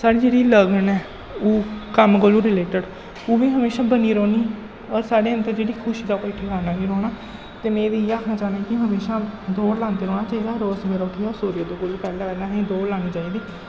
साढ़ी जेह्ड़ी लगन ऐ ओह् कम्म कोलू रिलेटिड ओह् बी हमेशा बनी रौह्नी होर साढ़े अन्दर जेह्ड़ी खुशी दा कोई ठिकाना निं रौह्ना ते में ते इ'यै आखना चाह्न्नां कि हमेशा दौड़ लांदे रौह्ना चाहिदा रोज सवेरै उट्टियै सूर्य उदय कोलूं पैह्लें पैह्लें असें गी दौड़ लानी चाहिदी